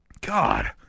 God